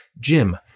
Jim